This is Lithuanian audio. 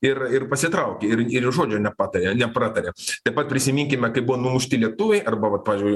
ir ir pasitraukė ir ir žodžio nepatarė nepratarė taip pat prisiminkime kai buvo numušti lėktuvai arba vat pavyzdžiui